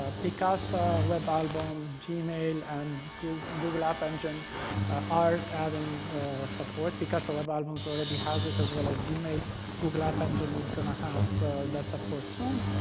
ah picasa web albums, gmail, and google google app engine are adding support. picasa web albums already has it, as well as gmail. google app engine is going to have that support soon.